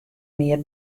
mear